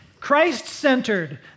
Christ-centered